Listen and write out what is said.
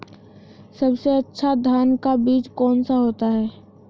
सबसे अच्छा धान का बीज कौन सा होता है?